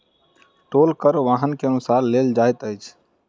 टोल कर वाहन के अनुसार लेल जाइत अछि